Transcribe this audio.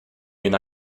been